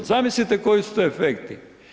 Zamislite koji su to efekti.